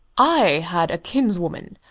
i had a kinswoman,